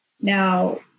Now